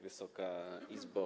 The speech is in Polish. Wysoka Izbo!